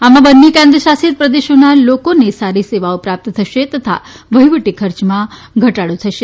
આમાં બંને કેન્દ્રશાસિત પ્રદેશોના લોકોને સારી સેવાઓ પ્રાપ્ત થશે તથા વહીવટીખર્ચમાં ઘટાડો થશે